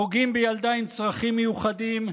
פוגעים בילדה עם צרכים מיוחדים,